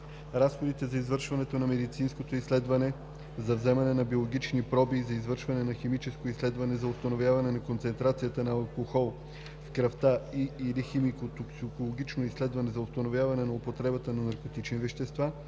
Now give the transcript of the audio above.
Разходите за извършване на медицинско изследване, за вземане на биологични проби и за извършване на химическо изследване за установяване на концентрацията на алкохол в кръвта и/или химико-токсикологично изследване за установяване на употребата на наркотични вещества